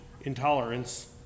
intolerance